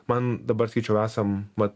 man dabar sakyčiau esam vat